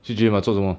去 gym 啊做什么